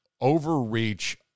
overreach